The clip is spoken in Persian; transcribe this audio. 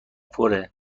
پره